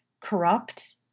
corrupt